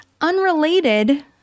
Unrelated